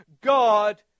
God